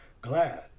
Glad